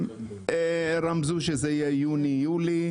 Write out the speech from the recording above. הם רמזו שזה יהיה ביוני-יולי.